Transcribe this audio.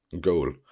goal